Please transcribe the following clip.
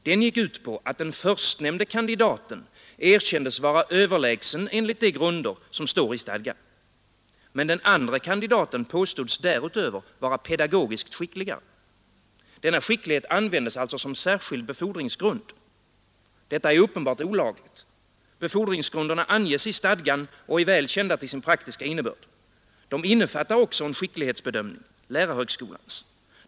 Den gick ut på att den förstnämnde kandidaten erkändes vara överlägsen enligt de grunder som står i stadgan. Men den andre kandidaten påstods därutöver vara pedagogiskt skickligare. Denna skicklighet användes alltså som särskild befordringsgrund. Detta är uppenbart olagligt. Befordringsgrunderna anges i stadgan och är väl kända till sin praktiska innebörd. De innefattar också en skicklighetsbedömning, lärarhögskolans.